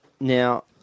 Now